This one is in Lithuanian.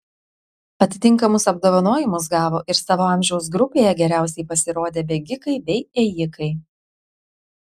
atitinkamus apdovanojimus gavo ir savo amžiaus grupėje geriausiai pasirodę bėgikai bei ėjikai